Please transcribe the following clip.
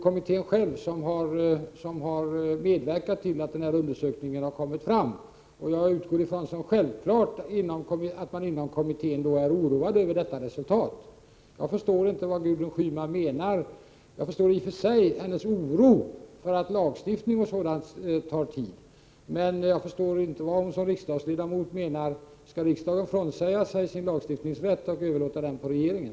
Kommittén själv har ju medverkat till att undersökningen har kommit fram. Jag utgår ifrån att det är självklart att man inom kommittén är oroad över detta resultat. Jag förstår inte vad Gudrun Schyman menar. Jag förstår i och för sig hennes oro för att lagstiftning tar tid. Jag förstår emellertid inte vad hon som riksdagsledamot menar. Skall riksdagen frånsäga sig sin lagstiftningsrätt och överlåta den på regeringen?